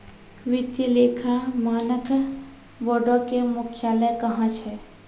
वित्तीय लेखा मानक बोर्डो के मुख्यालय कहां छै?